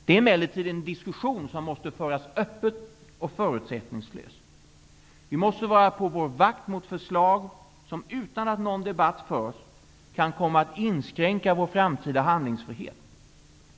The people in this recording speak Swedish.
Det är emellertid en diskussion som måste föras öppet och förutsättningslöst. Vi måste vara på vår vakt mot förslag som, utan att någon debatt har förts, kan komma att inskränka vår framtida handlingsfrihet.